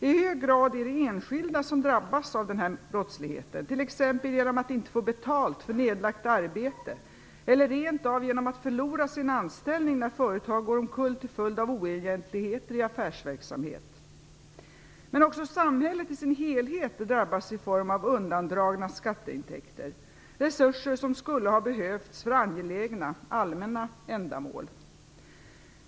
I hög grad är det enskilda som drabbas av denna brottslighet, t.ex. genom att inte få betalt för nedlagt arbete eller rent av genom att förlora sin anställning när företag går omkull till följd av oegentligheter i affärsverksamhet. Men också samhället i sin helhet drabbas i form av undandragna skatteintäkter - resurser som skulle ha behövts för angelägna allmänna ändamål.